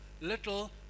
little